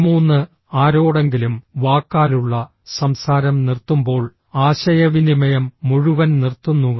13 ആരോടെങ്കിലും വാക്കാലുള്ള സംസാരം നിർത്തുമ്പോൾ ആശയവിനിമയം മുഴുവൻ നിർത്തുന്നു